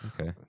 Okay